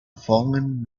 fallen